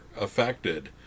affected